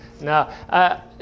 Now